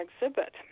exhibit